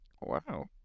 wow